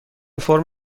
فرم